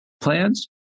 plans